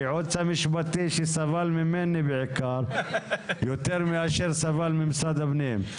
לייעוץ המשפטי שסבל בעיקר ממני יותר משסבל ממשרד הפנים,